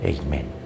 Amen